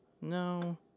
No